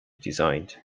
designed